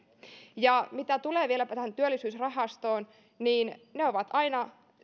ja mitä tulee vieläpä tähän työllisyysrahastoon niin ne ovat aina